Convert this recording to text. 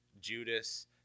Judas